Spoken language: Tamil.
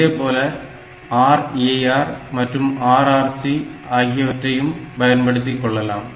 இதேபோல RAR மற்றும் RRC ஆகியவற்றையும் பயன்படுத்திக் கொள்ளலாம்